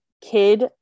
kid